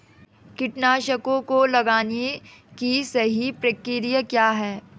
कीटनाशकों को लगाने की सही प्रक्रिया क्या है?